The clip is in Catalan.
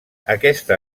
aquesta